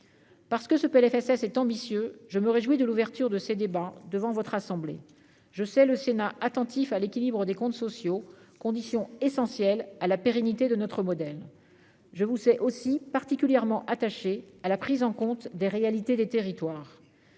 Parce que ce PLFSS est ambitieux : je me réjouis de l'ouverture de ces débats devant votre assemblée, je sais le Sénat attentif à l'équilibre des comptes sociaux, condition essentielle à la pérennité de notre modèle je vous sais aussi particulièrement attaché à la prise en compte des réalités des territoires